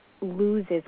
loses